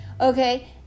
okay